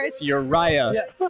Uriah